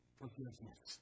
forgiveness